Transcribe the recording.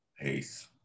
Peace